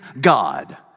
God